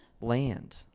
Land